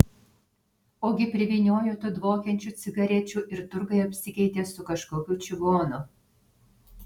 ogi privyniojo tų dvokiančių cigarečių ir turguje apsikeitė su kažkokiu čigonu